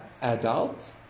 adult